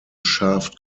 shaft